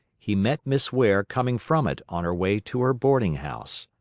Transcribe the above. he met miss ware coming from it on her way to her boarding-house.